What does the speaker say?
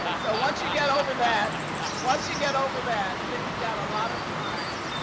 ah so once you get over that once you get over that, then you've got a lot of time.